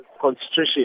constitution